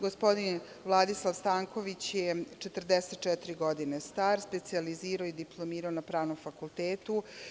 Gospodin Vladislav Stanković je 44 godine star, specijalizirao je i diplomirao na Pravnom fakultetu.